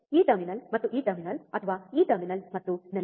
ಈ ಟರ್ಮಿನಲ್ ಮತ್ತು ಈ ಟರ್ಮಿನಲ್ ಅಥವಾ ಈ ಟರ್ಮಿನಲ್ ಮತ್ತು ನೆಲ